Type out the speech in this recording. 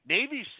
Navy